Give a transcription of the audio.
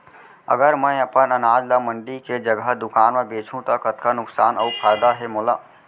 अगर मैं अपन अनाज ला मंडी के जगह दुकान म बेचहूँ त कतका नुकसान अऊ फायदा हे मोला?